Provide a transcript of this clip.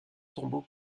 tombeau